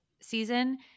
season